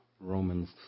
Romans